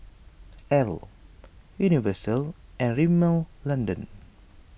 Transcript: Elle Universal and Rimmel London